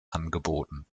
angeboten